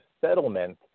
settlement